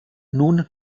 nun